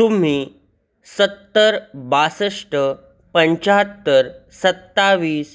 तुम्ही सत्तर बासष्ट पंच्याहत्तर सत्तावीस